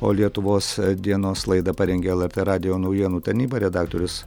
o lietuvos dienos laidą parengė lrt radijo naujienų tarnyba redaktorius